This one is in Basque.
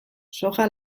soja